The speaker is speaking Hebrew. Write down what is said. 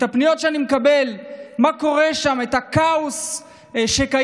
הפניות שאני מקבל, מה קורה שם, הכאוס שקיים.